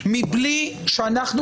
תני לי סיים,